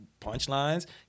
punchlines